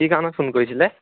কি কাৰণে ফোন কৰিছিল